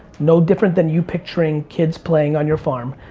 no different than you picturing kids playing on your farm.